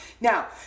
Now